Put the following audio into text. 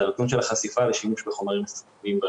זה הנתון של החשיפה לשימוש בחומרים מסוכנים